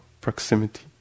proximity